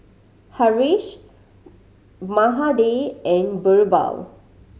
Haresh Mahade and Birbal